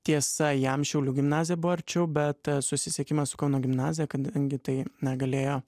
tiesa jam šiaulių gimnazija buvo arčiau bet susisiekimas su kauno gimnazija kadangi tai negalėjo